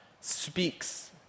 speaks